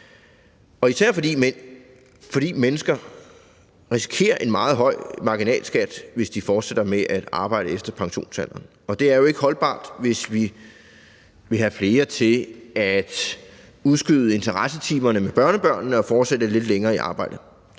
især fordi mennesker risikerer en meget høj marginalskat, hvis de fortsætter med at arbejde efter pensionsalderen. Det er jo ikke holdbart, hvis vi vil have flere til at udskyde interessetimerne med børnebørnene og fortsætte lidt længere i arbejdet.